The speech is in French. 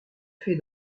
fait